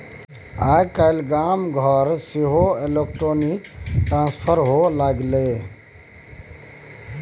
आय काल्हि गाम घरमे सेहो इलेक्ट्रॉनिक ट्रांसफर होए लागलै